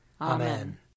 Amen